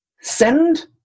Send